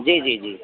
जी जी जी